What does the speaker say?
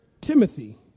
Timothy